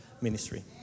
ministry